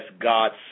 God's